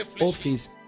office